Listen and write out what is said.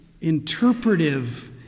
interpretive